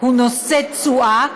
שהוא נושא תשואה,